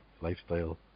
Lifestyle